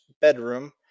bedroom